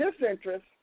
disinterest